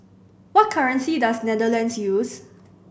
what currency does Netherlands use